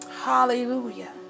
hallelujah